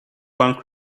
bank